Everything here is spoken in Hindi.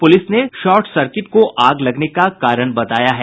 पुलिस ने शॉर्टसर्किट को आग लगने का कारण बताया है